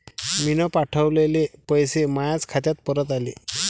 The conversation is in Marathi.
मीन पावठवलेले पैसे मायाच खात्यात परत आले